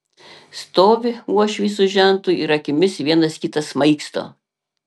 stovi uošvis su žentu ir akimis vienas kitą smaigsto